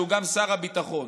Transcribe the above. שהוא גם שר הביטחון,